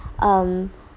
um